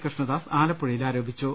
കൃഷ്ണ ദാസ് ആലപ്പുഴയിൽ ആരോപിച്ചു